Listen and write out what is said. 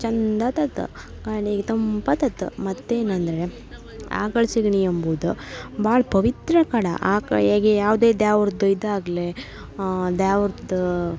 ಚಂದತತ ಕಡಿಗೆ ತಂಪಾತತ ಮತ್ತೇನಂದರೆ ಆಕಳ ಸೆಗ್ಣಿ ಎಂಬುದು ಭಾಳ ಪವಿತ್ರ ಕಡ ಆಕ್ಳ ಹೇಗೆ ಯಾವುದೇ ದ್ಯಾವ್ರ್ದ ಇದಾಗ್ಲಿ ದ್ಯಾವ್ರ್ದು